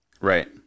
Right